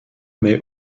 may